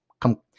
come